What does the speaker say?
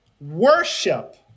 Worship